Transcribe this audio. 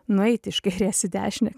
nueit iš kairės į dešinę